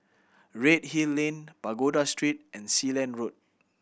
Redhill Lane Pagoda Street and Sealand Road